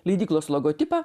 leidyklos logotipą